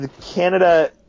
Canada